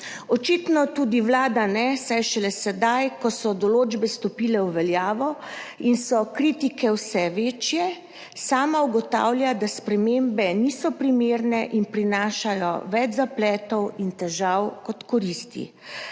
Očitno tudi vlada ne, saj šele sedaj, ko so določbe stopile v veljavo in so kritike vse večje, sama ugotavlja, da spremembe niso primerne in prinašajo več zapletov in težav kot koristi.